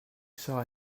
saw